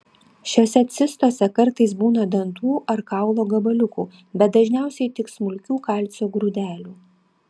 šiose cistose kartais būna dantų ar kaulo gabaliukų bet dažniausiai tik smulkių kalcio grūdelių